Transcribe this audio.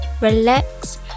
relax